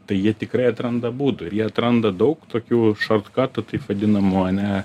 tai jie tikrai atranda būdų ir jie atranda daug tokių šartkatų taip vadinamų ane